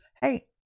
Hey